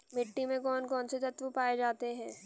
मिट्टी में कौन कौन से तत्व पाए जाते हैं?